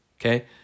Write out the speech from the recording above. Okay